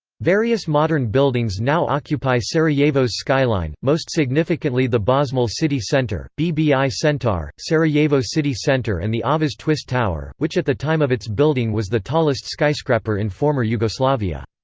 various modern buildings now occupy sarajevo's skyline, most significantly the bosmal city center, bbi centar, sarajevo city center and the avaz twist tower, which at the time of its building was the tallest skyscrapper in former yugoslavia.